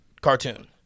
cartoon